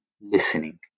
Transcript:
listening